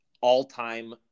all-time